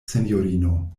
sinjorino